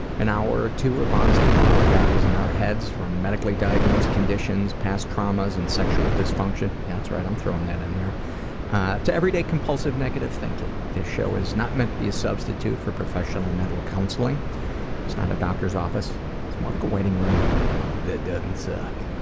an hour or two of honesty about all the battles in our heads, from medically diagnosed conditions, past traumas and sexual dysfunction yeah that's right, i'm throwing that in there to everyday compulsive negative thinking. this show is not meant to be a substitute for professional mental counseling it's not a doctor's office it's more like a waiting room that doesn't suck.